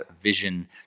vision